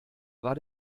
war